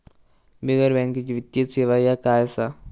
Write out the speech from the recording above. बिगर बँकेची वित्तीय सेवा ह्या काय असा?